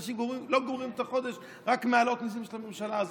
האנשים אומרים: לא גומרים את החודש רק מהעלאות המיסים של הממשלה הזאת.